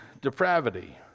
depravity